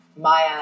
maya